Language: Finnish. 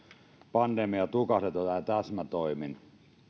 pandemia tukahdutetaan täsmätoimin